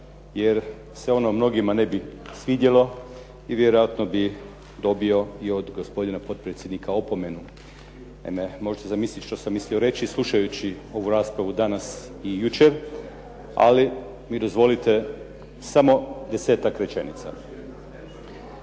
jer se ono mnogima ne bi svidjelo i vjerojatno bi dobio i od gospodina potpredsjednika opomenu. Naime, može se zamisliti što sam mislio reći, slušajući ovu raspravu danas i jučer ali mi dozvolite samo 10-ak rečenica.